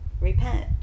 repent